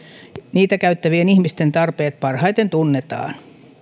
niitä käyttävien ihmisten tarpeet parhaiten tunnetaan